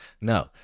No